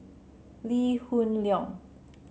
Lee Hoon Leong